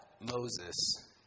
Moses